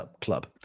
club